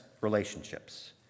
relationships